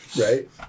right